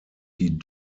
die